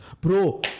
Bro